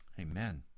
amen